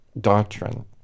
doctrine